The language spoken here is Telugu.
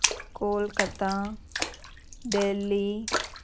కోల్కత్తా ఢేల్లీ